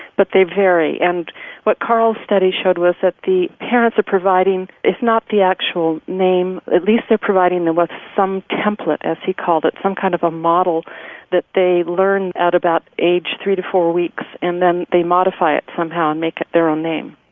but they vary. and what karl's studies showed was that the parents are providing, if not the actual name, at least they're providing them with some template, as he called it, some kind of a model that they learn at about age three to four weeks, and then they modify it somehow and make it their own name.